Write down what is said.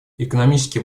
экономические